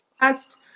past